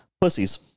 pussies